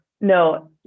no